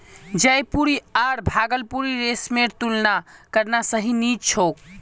जयपुरी आर भागलपुरी रेशमेर तुलना करना सही नी छोक